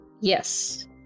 Yes